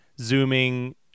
zooming